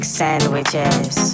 sandwiches